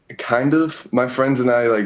kind of. my friends and i, like